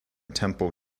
temple